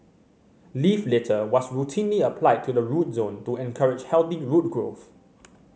leaf litter was routinely applied to the root zone to encourage healthy root growth